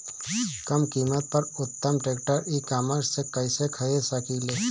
कम कीमत पर उत्तम ट्रैक्टर ई कॉमर्स से कइसे खरीद सकिले?